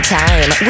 time